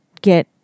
get